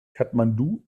kathmandu